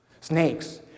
snakes